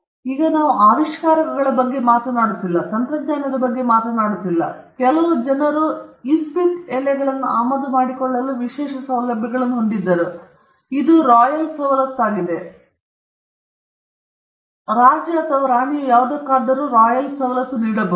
ಈಗ ನಾವು ಆವಿಷ್ಕಾರಗಳ ಬಗ್ಗೆ ಮಾತನಾಡುತ್ತಿಲ್ಲ ನಾವು ತಂತ್ರಜ್ಞಾನಗಳ ಬಗ್ಗೆ ಮಾತನಾಡುತ್ತಿಲ್ಲ ಕೆಲವು ಜನರು ಇಸ್ಪೀಟೆಲೆಗಳನ್ನು ಆಮದು ಮಾಡಿಕೊಳ್ಳಲು ಈ ವಿಶೇಷ ಸೌಲಭ್ಯಗಳನ್ನು ಹೊಂದಿದ್ದರು ಮತ್ತು ಇದು ರಾಯಲ್ ಸವಲತ್ತುಯಾಗಿದೆ ರಾಜ ಅಥವಾ ರಾಣಿಯು ಯಾವುದಕ್ಕಾದರೂ ರಾಯಲ್ ಸವಲತ್ತು ನೀಡಬಹುದು